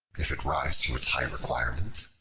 if it rise to its high requirements,